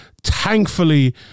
Thankfully